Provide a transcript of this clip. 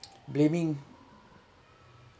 blaming